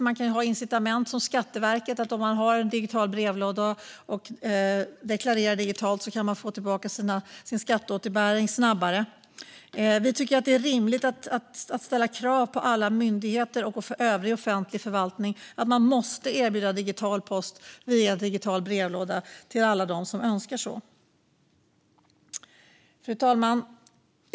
Man kan ha incitament, till exempel Skatteverket har incitamentet att den som har en digital brevlåda och deklarerar digitalt kan få tillbaka sin skatteåterbäring snabbare. Vi tycker att det är rimligt att ställa krav på alla myndigheter och övrig offentlig förvaltning om att de måste erbjuda digital post via digital brevlåda till alla dem som så önskar. Fru talman!